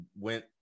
went